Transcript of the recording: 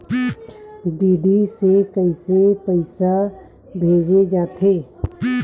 DD से कइसे पईसा भेजे जाथे?